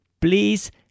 please